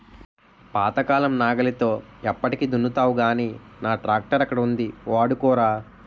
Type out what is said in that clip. పాతకాలం నాగలితో ఎప్పటికి దున్నుతావ్ గానీ నా ట్రాక్టరక్కడ ఉంది వాడుకోరా